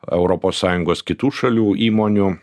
europos sąjungos kitų šalių įmonių